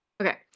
Okay